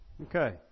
Okay